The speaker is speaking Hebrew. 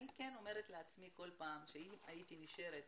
אני כל פעם אומרת לעצמי שאם הייתי נשארת